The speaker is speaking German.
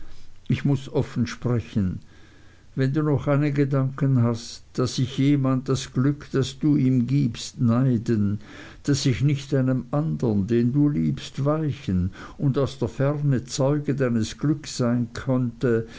ich muß offen sprechen wenn du noch einen gedanken hast daß ich jemand das glück das du ihm gibst neiden daß ich nicht einem andern den du liebst weichen und aus der ferne zeuge deines glücks sein könnte